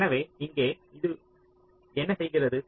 எனவே இங்கே அது என்ன செய்கிறது